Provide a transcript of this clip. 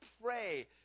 pray